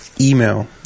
email